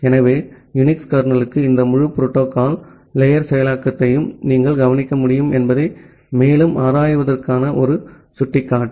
ஆகவே யுனிக்ஸ் கர்னலுக்குள் இந்த முழு புரோட்டோகால் லேயர் செயலாக்கத்தையும் நீங்கள் கவனிக்க முடியும் என்பதை மேலும் ஆராய்வதற்கான ஒரு சுட்டிக்காட்டி